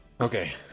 Okay